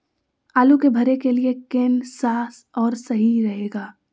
आलू के भरे के लिए केन सा और सही रहेगा?